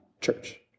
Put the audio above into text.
church